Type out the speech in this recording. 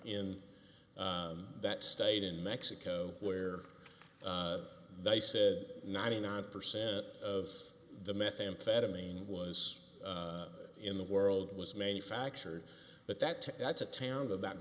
in that state in mexico where they said ninety nine percent of the methamphetamine was in the world was manufactured but that that's a town of about